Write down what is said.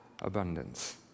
abundance